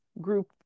group